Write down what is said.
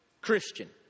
Christian